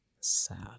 Sad